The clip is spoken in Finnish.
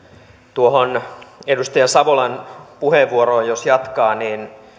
tuohon edustaja savolan puheenvuoroon jos jatkaa niin